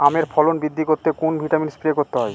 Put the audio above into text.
আমের ফলন বৃদ্ধি করতে কোন ভিটামিন স্প্রে করতে হয়?